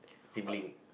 sibling